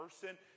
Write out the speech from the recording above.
person